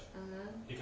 (uh huh)